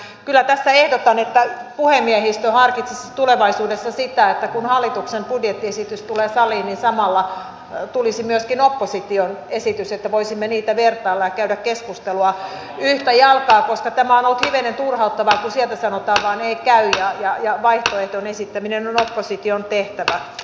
kyllä tässä ehdotan että puhemiehistö harkitsisi tulevaisuudessa sitä että kun hallituksen budjettiesitys tulee saliin niin samalla tulisi myöskin opposition esitys että voisimme niitä vertailla ja käydä keskustelua yhtä jalkaa koska tämä on ollut hivenen turhauttavaa kun sieltä sanotaan vain ei käy ja vaihtoehtojen esittäminen on opposition tehtävä